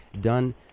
done